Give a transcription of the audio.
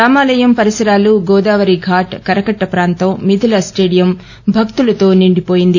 రామాయం పరిసరాు గోదావరి ఘాట్ కరకట్ల ప్రాంతం మిథు స్లేడియం భక్తుతో నిండిపోయింది